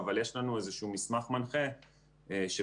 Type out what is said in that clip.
אבל יש לנו איזשהו מסמך מנחה שפרסמנו.